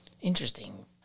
Interesting